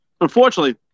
unfortunately